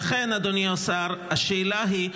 לכן, אדוני השר, השאלה היא: